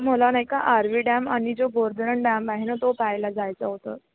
मला नाही का आरवी डॅम आणि जो बोर धरन डॅम आहे ना तो पाह्यला जायचं होतं